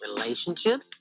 relationships